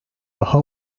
daha